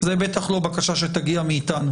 ולא השתנה דעתי עד